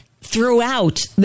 throughout